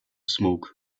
smoke